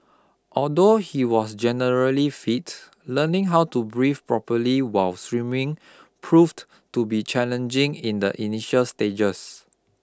although he was generally fit learning how to breathe properly while swimming proved to be challenging in the initial stages